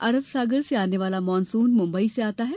अरब सागर से आने वाला मानसून मुंबई से आता है